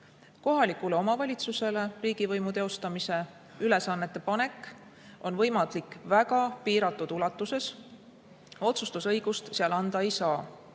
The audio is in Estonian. Kohalikule omavalitsusele riigivõimu teostamise ülesannete panek on võimalik väga piiratud ulatuses, otsustusõigust seal anda ei saa.